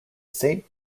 saint